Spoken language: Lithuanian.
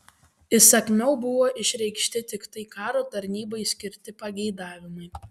įsakmiau buvo išreikšti tiktai karo tarnybai skirti pageidavimai